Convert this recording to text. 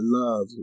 love